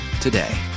today